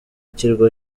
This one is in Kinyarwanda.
kirwa